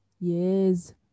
Yes